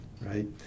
right